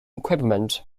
equipment